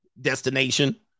destination